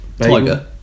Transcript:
Tiger